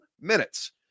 minutes